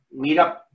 Meetup